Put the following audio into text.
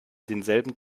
denselben